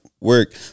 Work